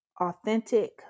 authentic